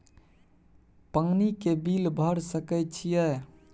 पानी के बिल भर सके छियै?